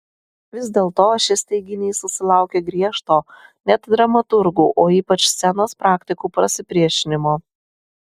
vis dėlto šis teiginys susilaukė griežto net dramaturgų o ypač scenos praktikų pasipriešinimo